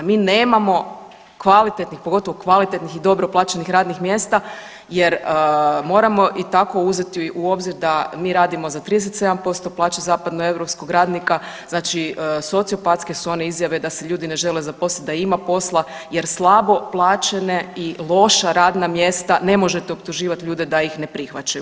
Mi nemamo kvalitetnih, pogotovo kvalitetnih i dobro plaćenih radnih mjesta jer moramo i tako uzeti u obzir da mi radimo za 37% plaće zapadnoeuropskog radnika, znaci sociopatske su one izjave da se ljudi ne žele zaposliti, da ima posla jer slabo plaćene i loša radna mjesta ne možete optuživati ljude da ih ne prihvaćaju.